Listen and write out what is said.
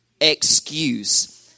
excuse